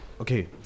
Okay